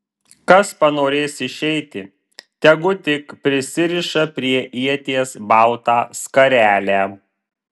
kas panorės išeiti tegu tik prisiriša prie ieties baltą skarelę